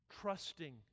Trusting